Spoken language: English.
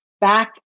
back